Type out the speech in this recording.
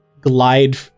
glide